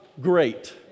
great